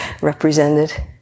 represented